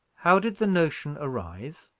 how did the notion arise?